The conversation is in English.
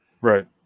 Right